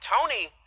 Tony